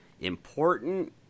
important